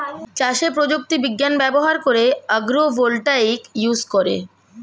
চাষে প্রযুক্তি বিজ্ঞান ব্যবহার করে আগ্রো ভোল্টাইক ইউজ করে